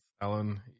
Alan